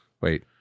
Wait